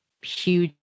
huge